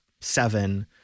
seven